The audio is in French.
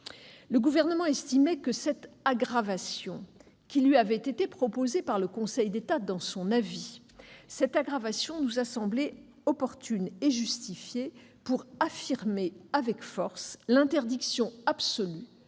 Le Gouvernement estimait que cette aggravation, qui lui avait été proposée par le Conseil d'État dans son avis, était opportune et justifiée pour affirmer avec force l'interdiction absolue